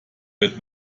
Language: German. wird